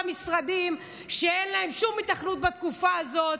משרדים שאין להם שום היתכנות בתקופה הזאת.